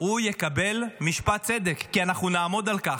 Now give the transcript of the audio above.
הוא יקבל משפט צדק כי אנחנו נעמוד על כך.